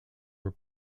were